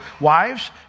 wives